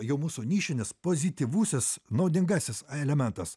jau mūsų nišinis pozityvusis naudingasis elementas